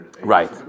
Right